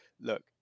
look